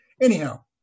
Anyhow